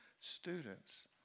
students